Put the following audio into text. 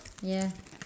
ya